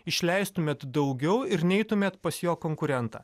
išleistumėt daugiau ir neitumėt pas jo konkurentą